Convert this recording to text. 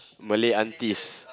Malay aunties